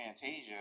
Fantasia